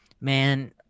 man